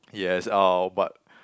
yes uh but